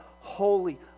holy